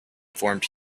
formed